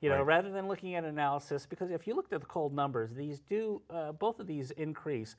you know rather than looking at analysis because if you look at the cold numbers these do both of these increase